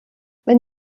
wenn